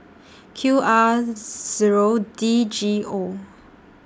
Q R Zero D G O